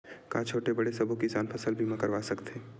का छोटे बड़े सबो किसान फसल बीमा करवा सकथे?